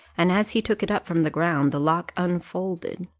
and as he took it up from the ground the lock unfolded.